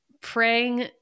praying